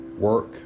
Work